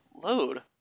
load